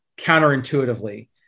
counterintuitively